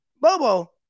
Bobo